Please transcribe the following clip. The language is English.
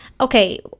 Okay